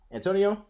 Antonio